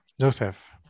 Joseph